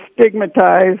stigmatized